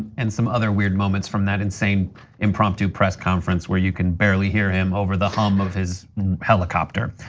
and some other weird moments from that insane impromptu press conference where you can barely hear him over the home of his helicopter.